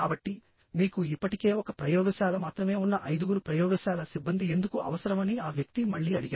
కాబట్టిమీకు ఇప్పటికే ఒక ప్రయోగశాల మాత్రమే ఉన్న ఐదుగురు ప్రయోగశాల సిబ్బంది ఎందుకు అవసరమని ఆ వ్యక్తి మళ్ళీ అడిగాడు